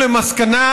הכנסת,